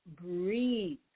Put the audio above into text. breathe